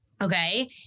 Okay